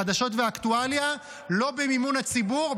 חדשות ואקטואליה לא במימון הציבור,